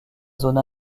zone